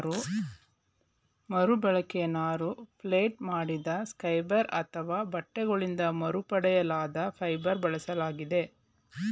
ಮರುಬಳಕೆ ನಾರು ಫೆಲ್ಟ್ ಮಾಡಿದ ಸ್ಕ್ರ್ಯಾಪ್ ಅಥವಾ ಬಟ್ಟೆಗಳಿಂದ ಮರುಪಡೆಯಲಾದ ಫೈಬರ್ ಬಳಸಿದಾಗಿದೆ